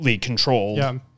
controlled